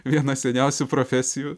viena seniausių profesijų